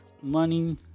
money